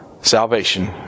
Salvation